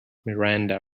miranda